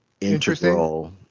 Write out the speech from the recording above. integral